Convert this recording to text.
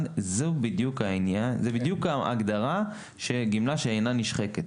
וזה בדיוק העניין ובדיוק ההגדרה של גמלה שאינה נשחקת.